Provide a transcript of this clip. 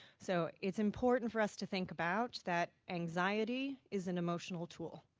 so it's important for us to think about that anxiety is an emotional tool.